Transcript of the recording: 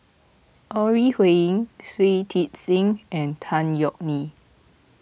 Ore Huiying Shui Tit Sing and Tan Yeok Nee